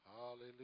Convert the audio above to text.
Hallelujah